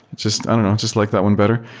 just and and just like that one better.